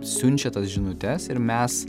siunčia tas žinutes ir mes